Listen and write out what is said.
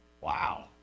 Wow